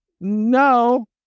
no